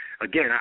again